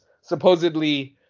supposedly